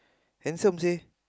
handsome seh